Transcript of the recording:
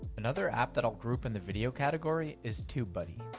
another app that i'll group in the video category is tubebuddy.